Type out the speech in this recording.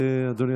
אדוני